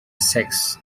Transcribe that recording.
sex